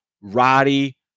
roddy